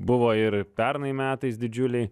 buvo ir pernai metais didžiuliai